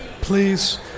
please